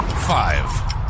Five